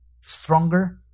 Stronger